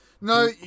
No